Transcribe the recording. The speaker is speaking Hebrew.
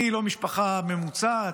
אני לא משפחה ממוצעת,